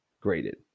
graded